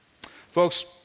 Folks